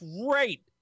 great